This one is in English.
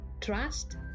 trust